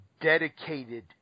dedicated